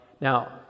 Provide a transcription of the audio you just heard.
Now